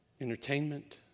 entertainment